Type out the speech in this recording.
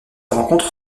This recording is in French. rencontre